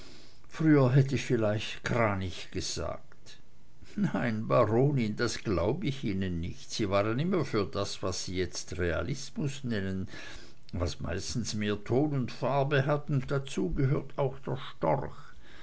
früher hätt ich viel leicht kranich gesagt nein baronin das glaub ich ihnen nicht sie waren immer für das was sie jetzt realismus nennen was meistens mehr ton und farbe hat und dazu gehört auch der storch